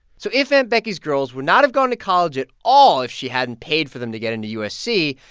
so if aunt becky's girls would not have gone to college at all, if she hadn't paid for them to get into usc,